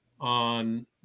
on